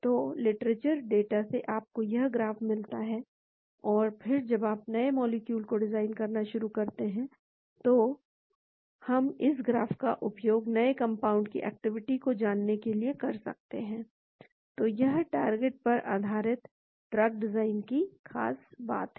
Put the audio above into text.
तो literature data से आपको यह ग्राफ़ मिलता है और फिर जब आप नए मॉलिक्यूल को डिज़ाइन करना शुरू करते हैं तो हम इस ग्राफ़ का उपयोग नए कंपाउंड की एक्टिविटी को जानने के लिए कर सकते हैं तो यह टारगेट पर आधारित ड्रग डिजाइन की खास बात है